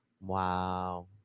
Wow